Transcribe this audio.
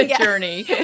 journey